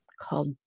called